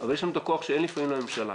אבל יש לנו את הכוח שאין לפעמים לממשלה,